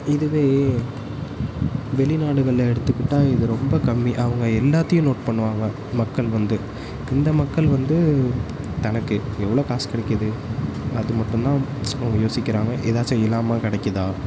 இதுவே வெளிநாடுகளில் எடுத்துக்கிட்டால் இது ரொம்ப கம்மி அவங்க எல்லாத்தையும் நோட் பண்ணுவாங்க மக்கள் வந்து இந்த மக்கள் வந்து தனக்கு எவ்வளோ காசு கிடைக்கிது அது மட்டும்தான் அவங்க யோசிக்கிறாங்க ஏதாச்சும் இனாமாக கிடைக்குதா